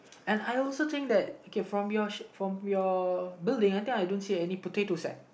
and I also think that okay from your sh~ from your building I don't think I see any potato sack